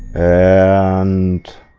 and